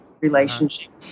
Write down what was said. relationship